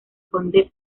conde